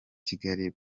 kigali